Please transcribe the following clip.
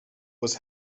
was